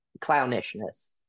clownishness